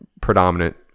predominant